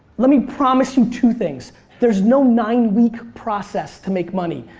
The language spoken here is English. let me promise you two things there's no nine week process to make money.